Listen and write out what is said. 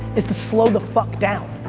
is to slow the fuck down.